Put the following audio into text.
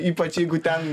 ypač jeigu ten